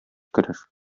керер